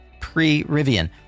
pre-Rivian